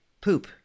poop